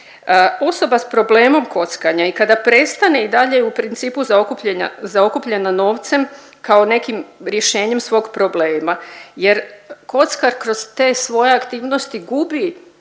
Osoba s problemom kockanja i kada prestane i dalje je u principu zaokupljena novcem kao nekim rješenjem svog problema jer kocka kroz te svoje aktivnosti gubi